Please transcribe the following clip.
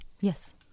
Yes